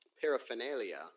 paraphernalia